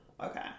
okay